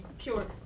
pure